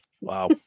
Wow